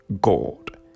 God